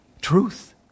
truth